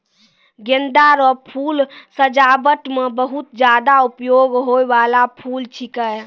गेंदा रो फूल सजाबट मे बहुत ज्यादा उपयोग होय बाला फूल छिकै